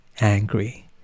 angry